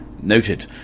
Noted